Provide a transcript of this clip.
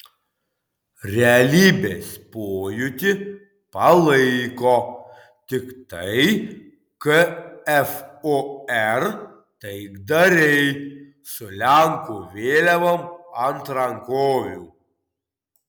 realybės pojūtį palaiko tiktai kfor taikdariai su lenkų vėliavom ant rankovių